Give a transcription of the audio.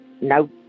no